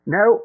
no